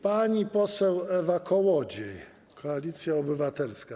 Pani poseł Ewa Kołodziej, Koalicja Obywatelska.